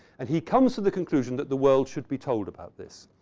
and he comes to the conclusion that the world should be told about this.